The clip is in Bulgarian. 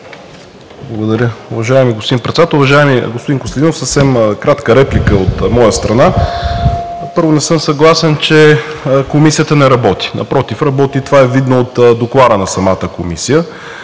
България): Уважаеми господин Председател, уважаеми господин Костадинов! Съвсем кратка реплика от моя страна. Първо, не съм съгласен, че Комисията не работи. Напротив, работи и това е видно от Доклада на самата комисия.